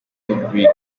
brig